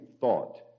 thought